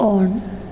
on